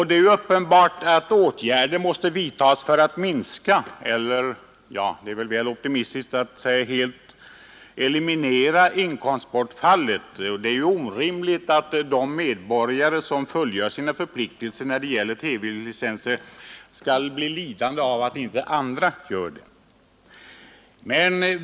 Det är uppenbart att åtgärder måste vidtas för att minska eller — även om det är väl optimistiskt — helt eliminera inkomstbortfallet. Det är orimligt att de medborgare som fullgör sina förpliktelser när det gäller TV-licenser skall bli lidande av att inte andra gör det.